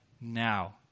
now